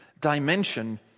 dimension